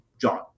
John